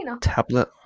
tablet